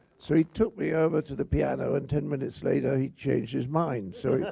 so he took me over to the piano and ten minutes later, he changed his mind. so yeah